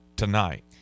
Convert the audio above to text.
tonight